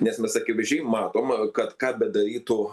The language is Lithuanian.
nes mes akivaizdžiai matom kad ką bedarytų